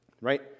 right